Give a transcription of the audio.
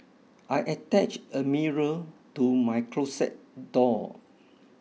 I attach a mirror to my closet door